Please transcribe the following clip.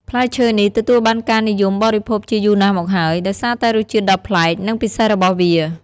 ផ្លែឈើនេះទទួលបានការនិយមបរិភោគជាយូរណាស់មកហើយ ដោយសារតែរសជាតិដ៏ប្លែក និងពិសេសរបស់វា។